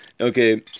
Okay